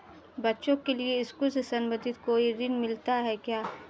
बच्चों के लिए स्कूल से संबंधित कोई ऋण मिलता है क्या?